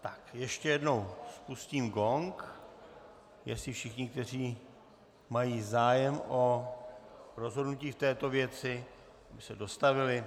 Tak ještě jednou spustím gong, jestli všichni, kteří mají zájem o rozhodnutí v této věci, se dostavili.